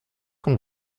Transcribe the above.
qu’on